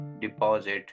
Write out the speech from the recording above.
deposit